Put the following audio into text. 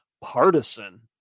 partisan